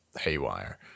haywire